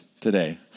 today